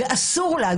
ואסור לה,